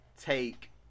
take